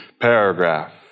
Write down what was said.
paragraph